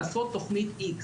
לעשות תוכנית איקס,